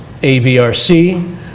AVRC